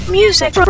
music